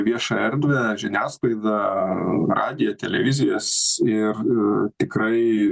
viešą erdvę žiniasklaidą radiją televizijas ir tikrai